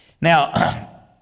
Now